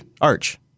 arch